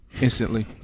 Instantly